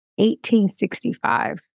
1865